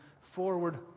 forward